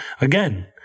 again